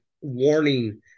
warning